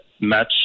match